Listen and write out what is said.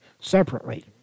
separately